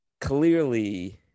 clearly